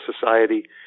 society